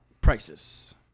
prices